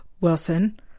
Wilson